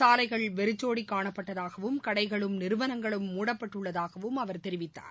சாலைகள் வெறிச்சோடி காணப்பட்டதாகவும் கடைகளும் நிறுவனங்களும் மூடப்பட்டுள்ளதாகவும் அவர் தெரிவித்தார்